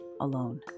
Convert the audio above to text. alone